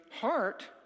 heart